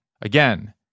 Again